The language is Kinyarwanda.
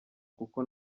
kuko